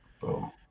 boom